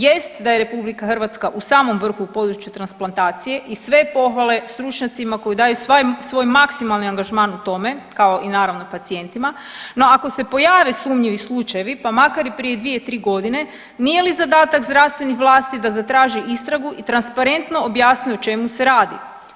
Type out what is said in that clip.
Jest da je RH u samom vrhu u području transplantacije i sve pohvale stručnjacima koji daju svoj maksimalni angažman u tome kao i naravno pacijentima, no ako se pojave sumnjivi slučajevi pa makar i prije 2-3 godine nije li zadatak zdravstvenih vlasti da zatraže istragu i transparentno objasne o čemu se radi.